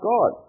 God